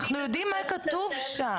אנחנו יודעים מה כתוב שם.